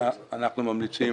אנחנו ממליצים